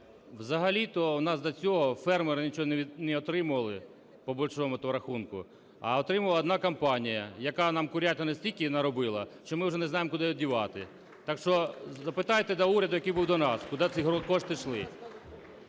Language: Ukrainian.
Взагалі-то у нас до цього фермери нічого не отримували, по большому-то рахунку, а отримувала одна компанія, яка нам курятини стільки наробила, що ми вже не знаємо, куди її дівати. Так що запитайте уряду, який був до нас, куди ці кошти йшли.